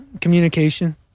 Communication